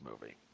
movie